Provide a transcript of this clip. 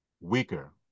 weaker